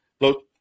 Look